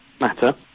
matter